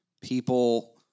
people